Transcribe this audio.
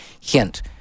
hint